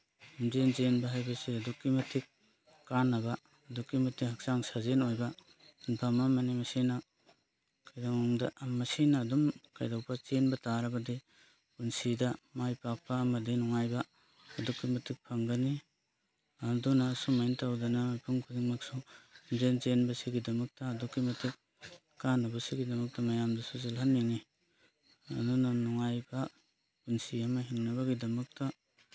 ꯂꯝꯖꯦꯟ ꯆꯦꯟꯕ ꯍꯥꯏꯕꯁꯤ ꯑꯗꯨꯛꯀꯤ ꯃꯇꯤꯛ ꯀꯥꯅꯕ ꯑꯗꯨꯛꯀꯤ ꯃꯇꯤꯛ ꯍꯛꯆꯥꯡ ꯁꯥꯖꯦꯟ ꯑꯃ ꯑꯣꯏꯅ ꯁꯤꯟꯐꯝ ꯑꯃꯅꯤ ꯃꯁꯤꯅ ꯀꯩꯗꯧꯅꯨꯡꯗ ꯃꯁꯤꯅ ꯑꯗꯨꯝ ꯀꯩꯗꯧꯕ ꯆꯦꯟꯕ ꯇꯥꯔꯕꯗꯤ ꯄꯨꯟꯁꯤꯗ ꯃꯥꯏ ꯄꯥꯛꯄ ꯑꯃꯗꯤ ꯅꯨꯡꯉꯥꯏꯕ ꯑꯗꯨꯛꯀꯤ ꯃꯇꯤꯛ ꯐꯪꯒꯅꯤ ꯑꯗꯨꯅ ꯁꯨꯃꯥꯏꯅ ꯇꯧꯗꯅ ꯃꯤꯄꯨꯝ ꯈꯨꯗꯤꯡꯃꯛꯁꯨ ꯂꯝꯖꯦꯟ ꯆꯦꯟꯕꯁꯤꯒꯤꯗꯃꯛꯇ ꯑꯗꯨꯛꯀꯤ ꯃꯇꯤꯛ ꯀꯥꯟꯅꯕꯁꯤꯒꯤꯗꯃꯛꯇ ꯃꯌꯥꯝꯁꯨ ꯆꯦꯜꯍꯟꯅꯤꯡꯉꯤ ꯑꯗꯨꯅ ꯅꯨꯡꯉꯥꯏꯕ ꯄꯨꯟꯁꯤ ꯑꯃꯗ ꯍꯤꯡꯅꯕꯒꯤꯗꯃꯛꯇ